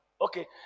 okay